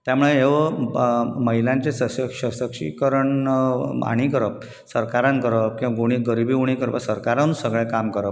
त्या मुळे ह्यो महिलांचे सश सशशिकरण हांणी करप सरकारान करप किवां गरिबी उणी करप सरकारानूच सगळें काम करप